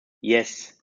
yes